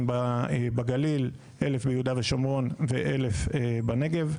בגליל, 1,000 ביהודה ושומרון ו-1,000 בנגב.